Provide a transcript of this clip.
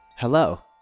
Hello